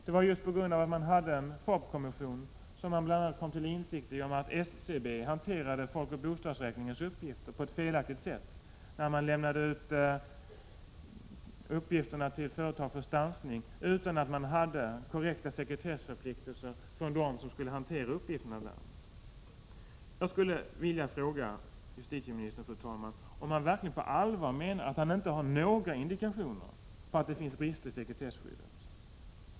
Det var ju just genom FoB-kommissionen som man kom till insikt om att SCB hanterade folkoch bostadsräkningens uppgifter på ett felaktigt sätt när SCB till företag lämnade ut uppgifter för stansning utan krav på korrekta sekretessförpliktelser från dem som skulle hantera uppgifterna. Jag skulle, fru talman, vilja fråga justitieministern om han verkligen på allvar menar att han inte har några indikationer på att det finns brister i sekretesskyddet.